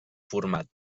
format